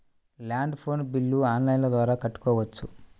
Land phone bill online ద్వారా కట్టుకోవచ్చు?